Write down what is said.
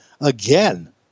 again